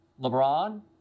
LeBron